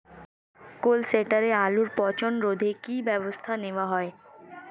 Cold স্টোরে আলুর পচন রোধে কি ব্যবস্থা নেওয়া হয়?